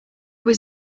was